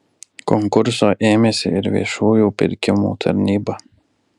konkurso ėmėsi ir viešųjų pirkimų tarnyba